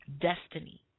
destiny